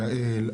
יעל,